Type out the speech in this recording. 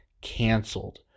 canceled